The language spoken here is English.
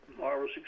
marvelous